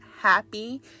happy